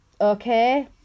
okay